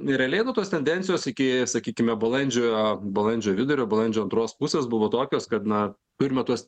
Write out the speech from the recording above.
realiai nu tos tendencijos iki sakykime balandžio balandžio vidurio balandžio antros pusės buvo tokios kad na turime tuos